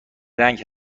رنگ